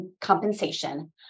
compensation